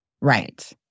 right